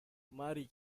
mari